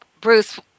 Bruce